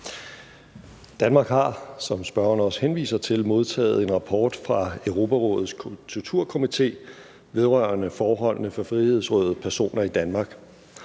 henviser til, modtaget en rapport fra Europarådets Torturkomité vedrørende forholdene for frihedsberøvede personer i Danmark.